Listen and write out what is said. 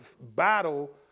battle